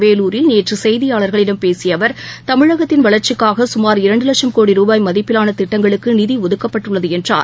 வேலூரில் நேற்று செய்தியாளர்களிடம் பேசிய அவர் தமிழகத்தின் வளர்ச்சிக்காக கமார் இரண்டு லட்சும் கோடி ரூபாய் மதிப்பிலான திட்டங்களுக்கு நிதி ஒதுக்கப்பட்டுள்ளது என்றார்